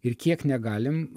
ir kiek negalim